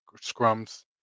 scrums